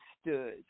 stood